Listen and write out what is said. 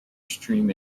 stream